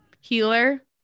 healer